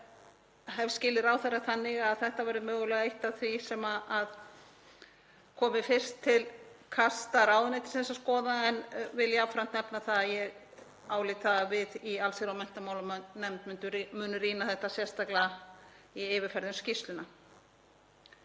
Ég hef skilið ráðherra þannig að þetta verði mögulega eitt af því sem komi fyrst til kasta ráðuneytisins að skoða en vil jafnframt nefna það að ég álít að við í allsherjar- og menntamálanefnd munum rýna þetta sérstaklega í yfirferð um skýrsluna.